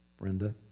Brenda